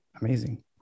amazing